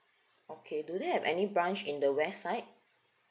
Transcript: okay do they have any branch in the west side